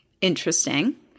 interesting